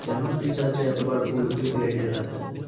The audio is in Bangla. কেন ফ্রিচার্জে এতোবার ভুল ইউপিআই আইডি দেখাচ্ছে